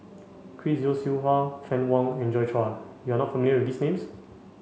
Chris Yeo Siew Hua Fann Wong and Joi Chua you are not familiar with these names